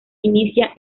inicia